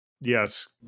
Yes